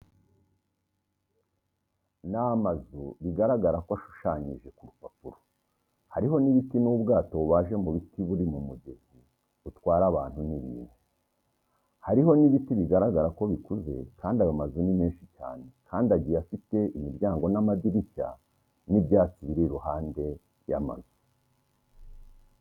Ni amazu bigaragara ko ashushanyije ku rupapuro, hariho n'ibiti n'ubwato bubaje mu biti buri mu mugezi, butwara abantu ni bintu, hariho n'ibiti bigaragara ko bikuze kandi ayo mazu ni menshi cyane kandi agiye afite imiryango n'amadirishya n'ibyatsi biri iruhande y'amazu.